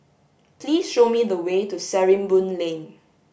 please show me the way to Sarimbun Lane